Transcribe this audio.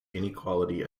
inequality